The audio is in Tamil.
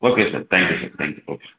okay sir thank you sir thank you okay sir